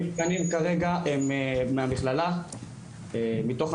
המבחנים כרגע הם מתוך המכללה.